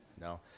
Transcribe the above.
No